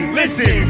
listen